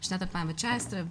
שנת 2019,